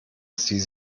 sie